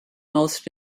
most